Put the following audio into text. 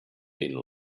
been